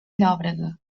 llòbrega